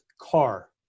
car